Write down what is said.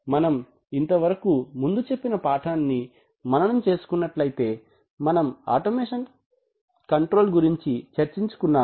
మనం ఇంతకు ముందుచెప్పిన పాఠమును మననం చేసుకున్నట్లయితే మనం ఆటోమేషన్ కంట్రోల్ గురించి చర్చించుకున్నాము